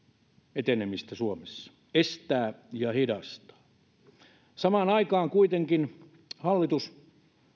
etenemistä suomessa estää ja hidastaa samaan aikaan kuitenkin hallitus